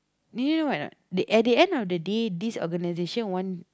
do you know what or not the at the end of day this organisation want